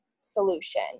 solution